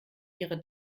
ihre